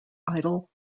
idol